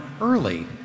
early